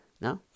No